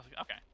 okay